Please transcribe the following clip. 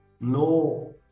no